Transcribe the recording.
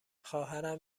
خواهرم